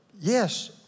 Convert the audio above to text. yes